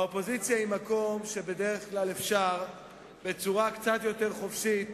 והאופוזיציה היא מקום שבו בדרך כלל אפשר בצורה קצת יותר חופשית